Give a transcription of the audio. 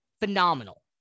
phenomenal